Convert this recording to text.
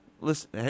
Listen